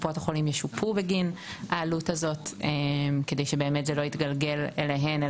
קופות החולים ישופו בגין העלות כדי שזה לא יתגלגל אליהם.